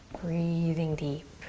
breathing deep.